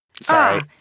Sorry